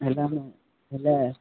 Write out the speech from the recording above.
ହେଲେ ଆମେ ହେଲେ